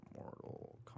Mortal